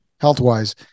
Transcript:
health-wise